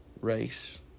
race